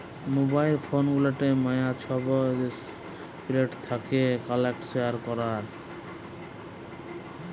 mobile phone গুলাতে ম্যালা ছব এপ্লিকেশল থ্যাকে কল্টাক্ট শেয়ার ক্যরার